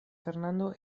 fernando